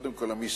קודם כול,